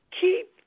keep